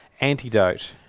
antidote